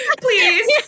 Please